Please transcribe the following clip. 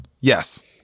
Yes